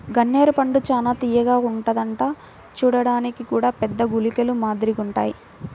గన్నేరు పండు చానా తియ్యగా ఉంటదంట చూడ్డానికి గూడా పెద్ద గుళికల మాదిరిగుంటాయ్